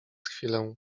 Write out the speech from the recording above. chwilę